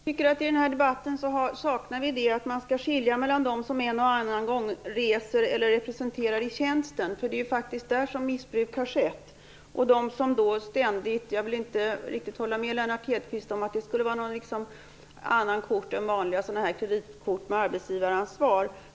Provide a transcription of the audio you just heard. Herr talman! Jag tycker att det som saknas i den här debatten är skillnaden mellan dem som en eller annan gång reser eller representerar i tjänsten och de som ständigt är ansvariga för mindre inköp. Det är faktiskt i de förstnämnda fallen som missbruk har skett. Jag vill inte riktigt hålla med Lennart Hedquist om att man skulle ha något annat kort än vanliga kreditkort med arbetsgivaransvar.